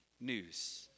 news